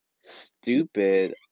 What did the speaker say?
stupid